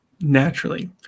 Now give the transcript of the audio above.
Naturally